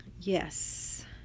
yes